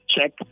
check